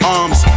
arms